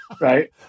Right